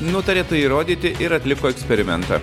nutarė tai įrodyti ir atliko eksperimentą